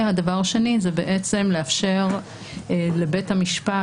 הרציונל השני הוא בעצם לאפשר לבית המשפט